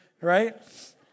right